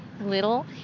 Little